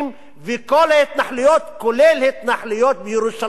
ההתנחלויות כולל התנחלויות בירושלים המזרחית.